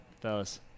Fellas